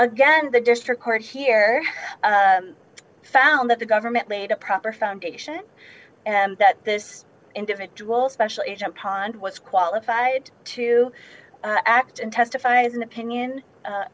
again the district court here found that the government made a proper foundation and that this individual special agent pond was qualified to act and testify as an opinion